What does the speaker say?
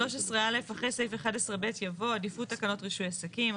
13 (א') "אחרי סעיף 11 ב' יבוא עדיפות תקנות רישוי עסקים.